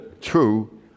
true